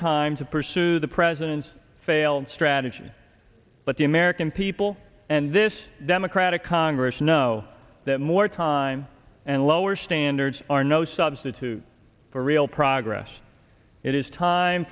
time to pursue the president's failed strategy the american people and this democratic congress know that more time and lower standards are no substitute for real progress it is time